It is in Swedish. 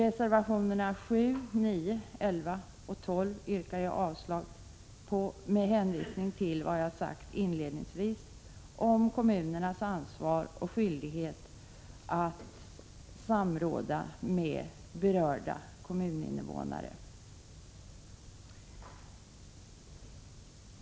Reservationerna 7,9, 11 och 12 yrkar jag avslag på med hänvisning till vad jag sagt inledningsvis om kommunernas ansvar och skyldighet att samråda med berörda kommuninvånare.